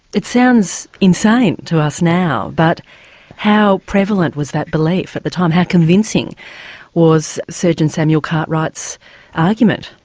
it sounds insane to us now, but how prevalent was that belief at the time, how convincing was surgeon samuel cartwright's argument?